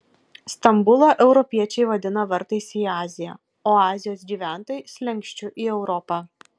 stambulą europiečiai vadina vartais į aziją o azijos gyventojai slenksčiu į europą